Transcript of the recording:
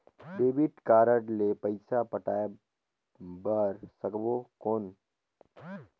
Debit card ले पइसा पटाय बार सकबो कौन?